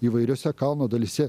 įvairiose kalno dalyse